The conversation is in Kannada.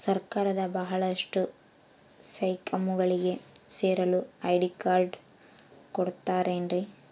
ಸರ್ಕಾರದ ಬಹಳಷ್ಟು ಸ್ಕೇಮುಗಳಿಗೆ ಸೇರಲು ಐ.ಡಿ ಕಾರ್ಡ್ ಕೊಡುತ್ತಾರೇನ್ರಿ?